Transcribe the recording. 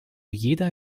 jeder